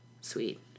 Sweet